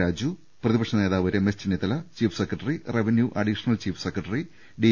രാജു പ്രതിപക്ഷ നേതാവ് Ramesh Chennithala chief secretary revenue additional chief secretary D